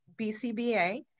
BCBA